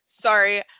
Sorry